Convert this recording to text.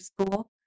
school